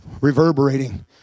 reverberating